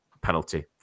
penalty